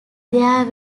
there